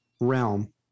realm